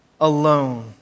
alone